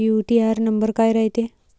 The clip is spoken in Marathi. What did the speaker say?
यू.टी.आर नंबर काय रायते?